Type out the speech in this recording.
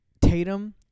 Tatum